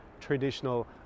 traditional